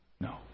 No